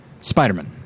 Spider-Man